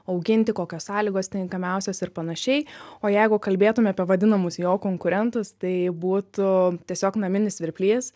auginti kokios sąlygos tinkamiausios ir panašiai o jeigu kalbėtume apie vadinamus jo konkurentus tai būtų tiesiog naminis svirplys